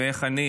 ואיך אני,